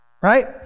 Right